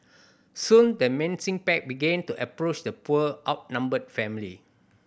soon the menacing pack began to approach the poor outnumbered family